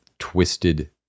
twisted